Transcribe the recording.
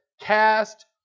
cast